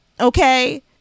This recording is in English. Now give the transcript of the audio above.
Okay